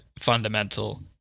fundamental